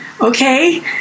okay